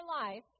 life